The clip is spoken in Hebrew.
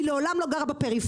היא מעולם לא גרה בפריפריה,